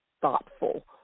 thoughtful